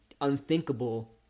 unthinkable